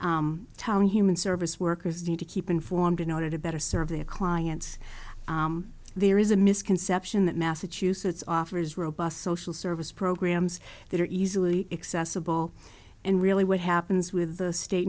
me human service workers need to keep informed in order to better serve their clients there is a misconception that massachusetts offers robust social service programs that are easily accessible and really what happens with the state